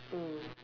mm